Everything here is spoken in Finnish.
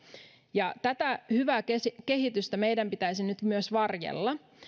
ja tätä hyvää kehitystä meidän pitäisi nyt myös varjella